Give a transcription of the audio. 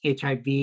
HIV